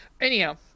anyhow